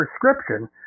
prescription